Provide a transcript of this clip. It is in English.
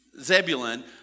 Zebulun